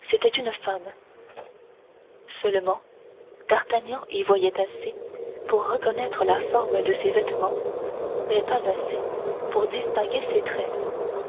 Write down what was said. c'était une femme seulement d'artagnan y voyait assez pour reconnaître la forme de ses vêtements mais pas assez pour distinguer ses traits